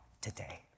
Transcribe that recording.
today